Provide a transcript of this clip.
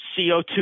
CO2